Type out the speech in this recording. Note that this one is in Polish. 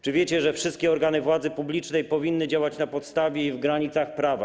Czy wiecie, że wszystkie organy władzy publicznej powinny działać na podstawie i w granicach prawa?